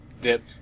dip